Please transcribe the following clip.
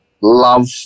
love